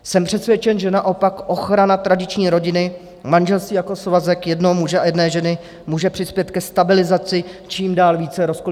Jsem přesvědčen, že naopak ochrana tradiční rodiny, manželství jako svazek jednoho muže a jedné ženy, může přispět ke stabilizaci čím dál více rozkolísané společnosti.